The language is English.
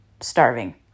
starving